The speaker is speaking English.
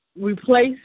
replace